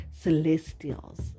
celestials